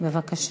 בבקשה.